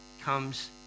comes